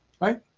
right